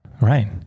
right